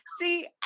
See